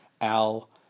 Al